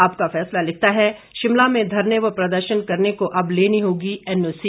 आपका फैसला लिखता है शिमला में धरने व प्रदर्शन करने को अब लेनी होगी एनओसी